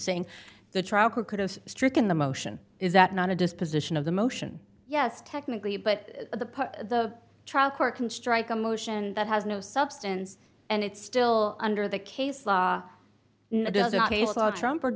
saying the trial court could have stricken the motion is that not a disposition of the motion yes technically but the the trial court can strike a motion that has no substance and it's still under the case law